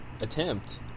attempt